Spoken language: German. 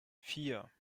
vier